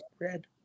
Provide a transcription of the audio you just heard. Red